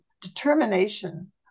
determination